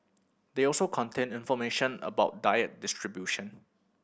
they also contain information about diet distribution